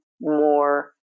more